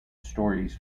stories